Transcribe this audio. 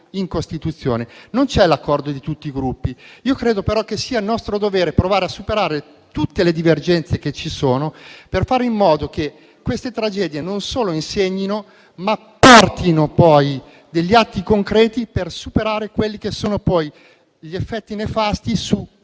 Non c'è l'accordo di tutti i Gruppi. Credo però che sia nostro dovere provare a superare tutte le divergenze che ci sono per fare in modo che queste tragedie non solo insegnino, ma portino poi degli atti concreti per superare quelli che sono gli effetti nefasti su